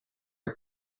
are